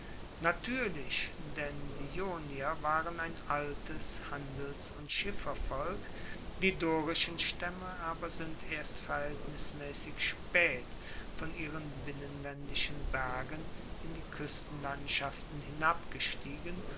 natuerlich denn die ionier waren ein altes handels und schiffervolk die dorischen staemme aber sind erst verhaeltnismaessig spaet von ihren binnenlaendischen bergen in die kuestenlandschaften hinabgestiegen